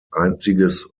einziges